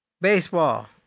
baseball